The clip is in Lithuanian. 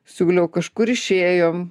siūliau kažkur išėjom